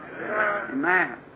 Amen